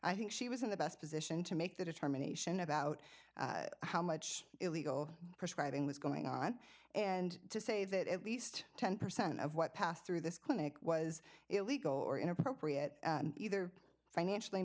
i think she was in the best position to make the determination about how much illegal prescribing was going on and to say that at least ten percent of what passed through this clinic was illegal or inappropriate either financially